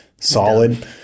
solid